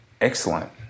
excellent